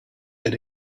get